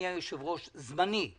אני יושב-ראש הזמני,